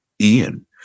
Ian